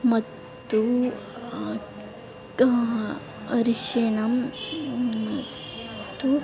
ಮತ್ತು ದ ಅರಶಿನ ಮತ್ತು